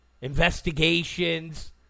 investigations